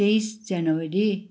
तेइस जनवरी